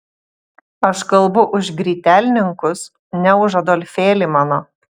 aš kalbu už grytelninkus ne už adolfėlį mano